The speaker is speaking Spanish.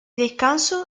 descanso